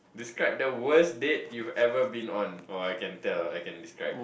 describe the worst date you have ever been on or I can tell I can describe